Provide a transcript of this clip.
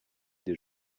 des